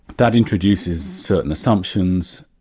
that introduces certain assumptions,